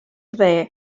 dde